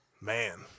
man